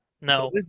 No